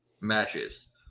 matches